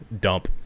dump